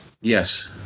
Yes